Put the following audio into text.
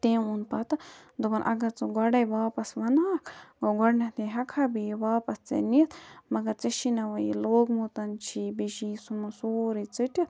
تٔمۍ ووٚن پَتہٕ دوٚپُن اگر ژٕ گۄڈٔے واپَس وَنہٕ ہاکھ گوٚو گۄڈٕنیٚتھٕے ہیٚکہٕ ہا بہٕ یہِ واپَس ژےٚ نِتھ مگر ژےٚ چھُے نا وۄنۍ یہِ لوگمُت چھُی بیٚیہِ چھُے ژھنمت سورُے ژٔٹِتھ